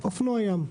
אופנוע ים.